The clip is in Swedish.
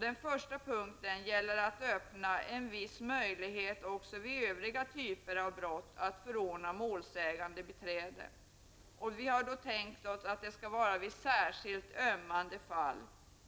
Den första punkten gäller att också vid övriga typer av brott bereda en viss möjlighet att förordna om målsägandebiträde. Vi har då tänkt oss att det skall gälla särskilt ömmande fall.